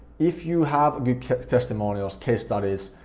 if you have good testimonials, case studies,